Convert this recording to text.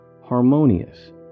harmonious